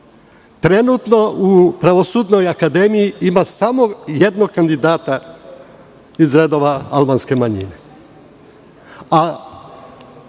jezik. Trenutno u Pravosudnoj akademiji ima samo jedan kandidat iz redova albanske manjine,